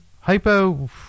hypo